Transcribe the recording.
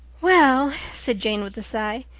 well, said jane with a sigh,